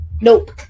Nope